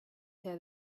her